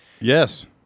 yes